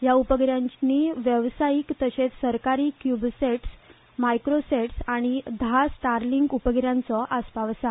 ह्या उपगि यांनी वेवसायीक तशेच सरकारी क्यूबसॅट्स मायक्रोसॅट्स आनी धा स्टारलिंक उपगि यांचो आसपाव आसा